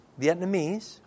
Vietnamese